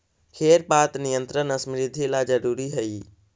खेर पात नियंत्रण समृद्धि ला जरूरी हई